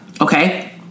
okay